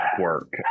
work